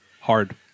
Hard